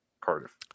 Cardiff